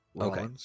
Okay